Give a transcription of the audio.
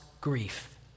grief